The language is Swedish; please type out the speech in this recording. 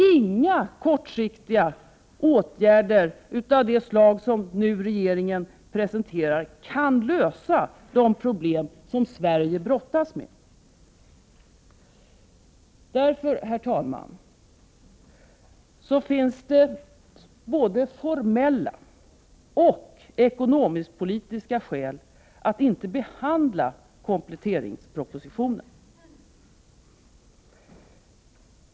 Inga kortsiktiga åtgärder av det slag som regeringen nu har presenterat kan lösa de problem som Sverige brottas med. Herr talman! Det finns både formella och ekonomisk-politiska skäl att inte behandla kompletteringspropositionen.